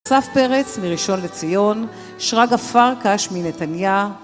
אסף פרץ מראשון לציון, שרגא פרקש מנתניה